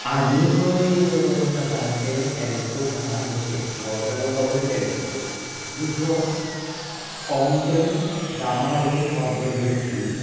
आनीकूय प्रकारचे टॅलेस्कोप आहा जशे वो जालो हबल टॅलेस्कोप दुसरो कोमटन गामा रे ऑब्जर्वेट्री